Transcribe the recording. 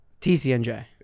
TCNJ